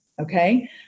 Okay